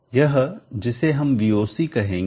यह जिसे हम Voc कहेंगे